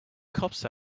cops